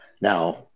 Now